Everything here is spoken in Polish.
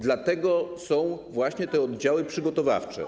Dlatego są właśnie te oddziały przygotowawcze.